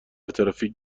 ترافیک